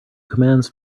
commands